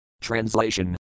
Translation